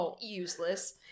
useless